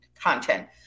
content